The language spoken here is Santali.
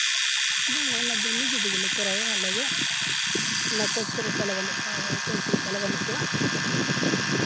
ᱵᱟᱝ ᱚᱱᱟᱫᱤ ᱱᱤᱡᱮ ᱛᱮᱜᱮᱞᱮ ᱠᱚᱨᱟᱣᱮᱜ ᱮᱜᱼᱟ ᱟᱞᱮᱜᱮ ᱚᱱᱟ ᱠᱳᱪ ᱠᱚᱫᱚ ᱛᱟᱞᱮ ᱵᱟᱹᱱᱩᱜ ᱠᱚᱣᱟ ᱦᱳᱭ ᱠᱳᱪ ᱠᱚᱫᱚ ᱛᱟᱞᱮ ᱵᱟᱹᱱᱩᱜ ᱠᱚᱣᱟ